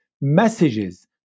messages